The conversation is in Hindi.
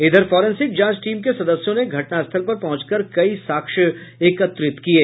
इधर फोरेसिंक जांच टीम के सदस्यों ने घटनास्थल पर पहुंचकर कई साक्ष्य एकत्रित किये